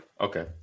Okay